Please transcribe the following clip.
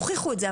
הוכיחו את זה,